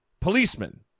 policemen